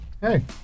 Hey